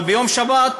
אבל ביום שבת,